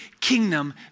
kingdom